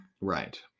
Right